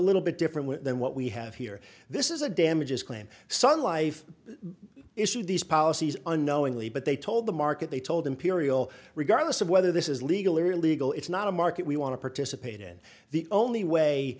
little bit different than what we have here this is a damages claim son life issue these policies unknowingly but they told the market they told imperial regardless of whether this is legal or illegal it's not a market we want to participate in the only way